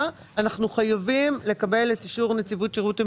אנחנו חייבים לקבל את אישור נציבות שירות המדינה.